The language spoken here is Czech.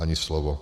Ani slovo.